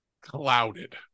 clouded